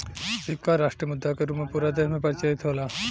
सिक्का राष्ट्रीय मुद्रा के रूप में पूरा देश में प्रचलित होला